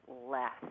less